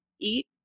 eat